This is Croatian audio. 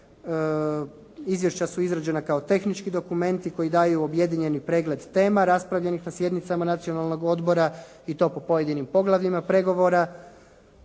Izvješća su izrađena kao tehnički dokumenti koji daju objedinjeni pregled tema raspravljenih na sjednicama Nacionalnog odbora i to po pojedinim poglavljima pregovora.